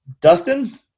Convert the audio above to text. dustin